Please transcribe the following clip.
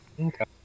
Okay